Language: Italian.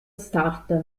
start